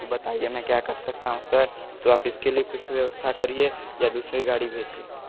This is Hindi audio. तो बताइए मैं क्या कर सकता हूँ सर तो आप इसके लिए कुछ व्यवस्था करिए या दूसरी गाड़ी भेजिए